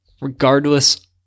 regardless